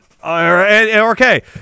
Okay